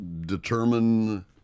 determine